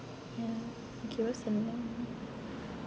ya okay what's the next [one]